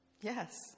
Yes